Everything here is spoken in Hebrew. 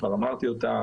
כבר אמרתי אותה.